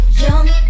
young